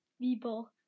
people